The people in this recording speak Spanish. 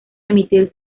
emitir